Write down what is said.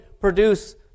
produce